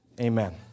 Amen